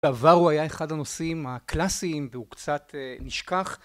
בעבר הוא היה אחד הנושאים הקלאסיים, והוא קצת נשכח.